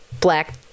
black